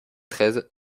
treize